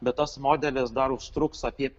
bet tas modelis dar užtruks apie